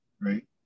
Right